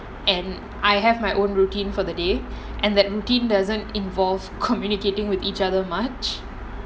and I have my own routine for the day and that routine doesn't involves communicating with each other much